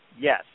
Yes